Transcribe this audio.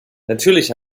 natürlich